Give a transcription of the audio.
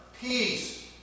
peace